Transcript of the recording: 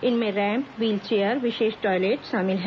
इनमें ramp wheelchair विशेष toilet शामिल हैं